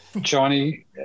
Johnny